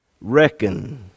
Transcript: reckon